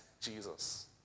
Jesus